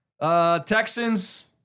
Texans